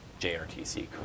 JRTC